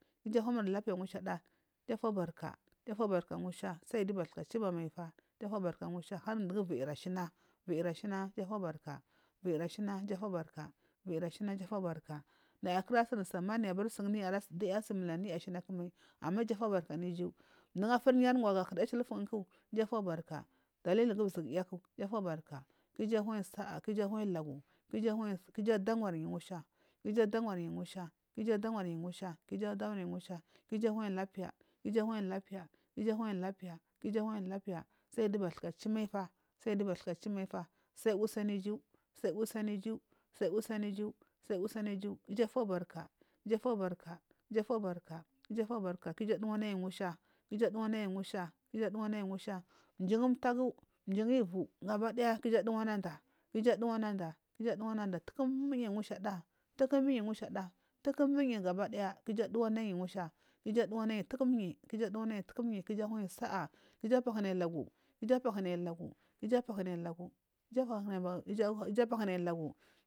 Iju wamur lapiya mushada iyufobarka ijufobarka sai du bathuka chuba mafia ijufobarka musha ndugu viri shina krishina ijufobarka viri shma ijuforbarka virishina ijufobarka naya kura sun samani abura sunsa mulanuya ashina kumai ama ijafobarka shina mdugu foriyi arkwa ga huryu ashili fungku iju fobarka daliligu zzupuyaku ijutobarka ku iju awanyi sa’a ku iju adawaryi ku iju adawarna musha ku iju adawanyi musha iju adawaryi musha ku iju awanyi lapiya ku iju wanyi lapiya ku ijuwan lapiya ku iju wan lapiya saigiyu bathuka chumacha sai usyu sai usi anugu sal usu anugu sai usi anugu sai usyu sal faobarka gafobarka gafobarka ijufobarka ijufobarka ku iju achiwanayi musha ku iju aduwanayi musha kiju aduwanayi musha mji gu umtagu mjgu iviu ki iju aduwanada ki iju aduwanada tukumu mushada tukumu tukumi mushada ki iju duwanaya gabadaya ku iju aduwanayi ku iju awanyi sa’a ku iju apahunayi lagu ku iju apahunay lagu kiju apahunayi lagu iju aphunayi lagu iju apahunayi lagu.